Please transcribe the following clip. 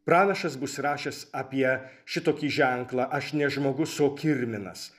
pranašas bus rašęs apie šitokį ženklą aš ne žmogus o kirminas